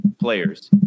players